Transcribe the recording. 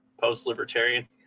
post-libertarian